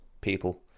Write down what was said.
people